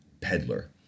Peddler